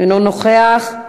אינו נוכח.